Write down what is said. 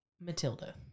Matilda